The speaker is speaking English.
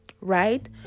right